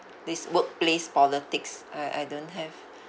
this workplace politics I I don't have